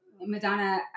Madonna